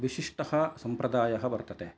विशिष्टः सम्प्रदायः वर्तते